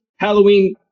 Halloween